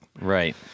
Right